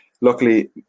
Luckily